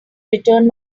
return